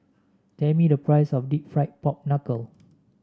tell me the price of deep fried Pork Knuckle